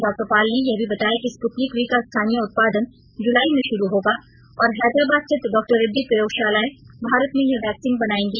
डॉ पॉल ने यह भी बताया कि स्पुत्निक वी का स्थानीय उत्पादन जुलाई में शुरू होगा और हैदराबाद स्थित डॉ रेड्डी प्रयोगशालाएं भारत में यह वैक्सीान बनायेगी